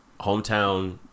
hometown